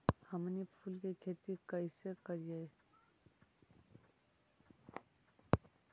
हमनी फूल के खेती काएसे करियय?